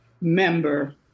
member